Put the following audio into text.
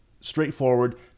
straightforward